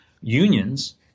unions